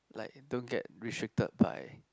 like don't get restricted by